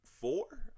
four